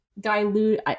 dilute